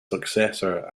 successor